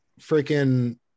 freaking